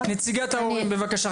נציגת ההורים, בבקשה.